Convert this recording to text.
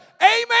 Amen